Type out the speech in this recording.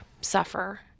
suffer